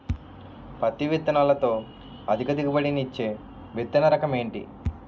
పత్తి విత్తనాలతో అధిక దిగుబడి నిచ్చే విత్తన రకం ఏంటి?